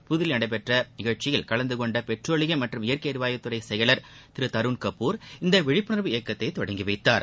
புத்தில்லியில் இன்று நடைபெற்ற நிகழ்ச்சியில் கலந்து கொண்ட பெட்ரோலியம் மற்றும் இயற்கை எரிவாயு துறை செயலர் திரு தருண் கபூர் இந்த விழிப்புணர்வு இயக்கத்தை தொடங்கி வைத்தார்